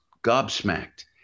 gobsmacked